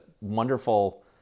wonderful